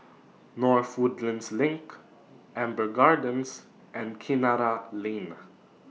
North Woodlands LINK Amber Gardens and Kinara Lane